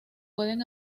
pueden